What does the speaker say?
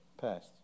passed